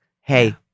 hey